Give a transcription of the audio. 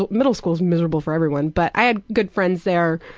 ah middle school is miserable for everyone, but i had good friends there.